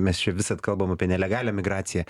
mes čia visad kalbam apie nelegalią migraciją